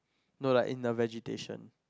no like in the vegetation